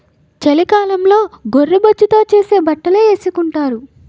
చలికాలంలో గొర్రె బొచ్చుతో చేసే బట్టలే ఏసుకొంటారు